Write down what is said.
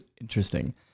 interesting